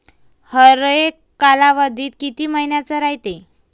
हरेक कालावधी किती मइन्याचा रायते?